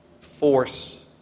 force